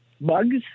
bugs